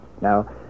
Now